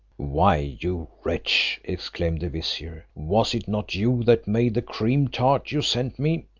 why, you wretch, exclaimed the vizier was it not you that made the cream-tart you sent me?